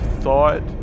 thought